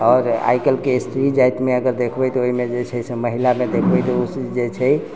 आओर आइकाल्हिके स्त्री जातिमे अगर देखबै तऽ ओहिमे जे छै से महिलामे देखबै तऽ ओसभ जे छै